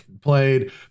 played